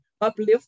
uplift